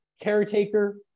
caretaker